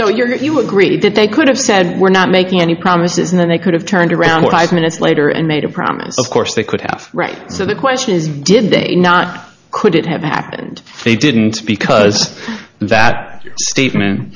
so you're you agree that they could have said we're not making any promises and then they could have turned around with eyes minutes later and made a promise of course they could have right so the question is did they not could it have happened if they didn't because that statement